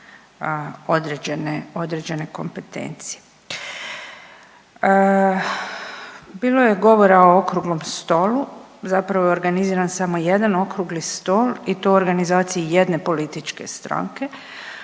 određene kompetencije. Bilo je govora o okruglom stolu, zapravo je organiziran samo jedan okrugli stol i to u organizaciji jedne političke stranke,